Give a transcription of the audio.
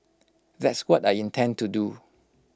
that's what I intend to do